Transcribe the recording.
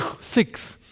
Six